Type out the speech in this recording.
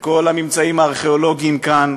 וכל הממצאים הארכיאולוגיים כאן,